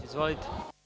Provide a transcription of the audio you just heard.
Izvolite.